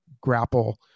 grapple